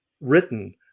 written